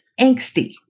angsty